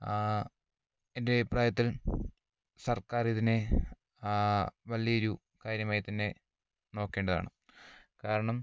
എൻ്റെ അഭിപ്രായത്തിൽ സർക്കാറിതിനെ വലിയൊരു കാര്യമായി തന്നെ നോക്കേണ്ടതാണ് കാരണം